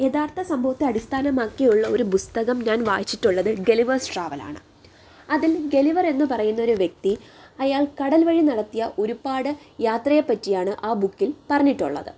യഥാർത്ഥ സംഭവത്തെ അടിസ്ഥാനമാക്കിയുള്ള ഒരു പുസ്തകം ഞാൻ വായിച്ചിട്ടുള്ളത് ഗളിവേഴ്സ് ട്രാവൽ ആണ് അതിൽ ഗളിവർ എന്ന് പറയുന്ന ഒരു വ്യക്തി അയാൾ കടൽ വഴി നടത്തിയ ഒരുപാട് യാത്രയെ പറ്റിയാണ് ആ ബുക്കിൽ പറഞ്ഞിട്ടുള്ളത്